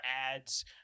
ads